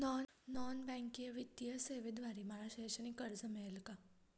Non banking वित्तीय सेवेद्वारे मला शैक्षणिक कर्ज मिळेल का?